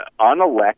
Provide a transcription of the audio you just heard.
unelected